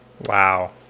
wow